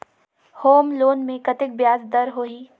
Home loan मे कतेक ब्याज दर होही?